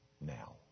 now